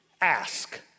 ask